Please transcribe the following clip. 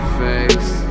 face